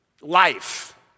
life